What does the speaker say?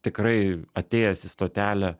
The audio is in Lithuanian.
tikrai atėjęs į stotelę